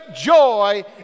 joy